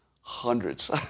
Hundreds